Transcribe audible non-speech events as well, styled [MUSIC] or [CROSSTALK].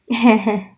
[LAUGHS]